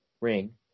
ring